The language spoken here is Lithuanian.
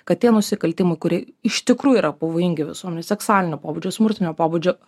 kad tie nusikaltimai kurie iš tikrųjų yra pavojingi visuomenei seksualinio pobūdžio smurtinio pobūdžio